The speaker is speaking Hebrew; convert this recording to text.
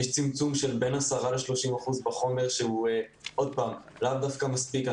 צמצום של בין עשרה ל-30 אחוזים בחומר שהוא לאו דווקא מספיק.